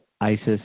ISIS